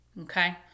Okay